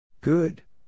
Good